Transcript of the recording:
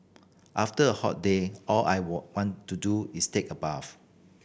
after a hot day all I want to do is take a bath